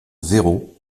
zéro